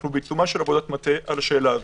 אנחנו בעיצומה של עבודת מטה בשאלה השאלה.